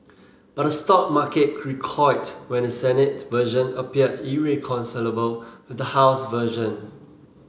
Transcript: but the stock market recoiled when the Senate version appeared irreconcilable with the House version